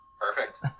perfect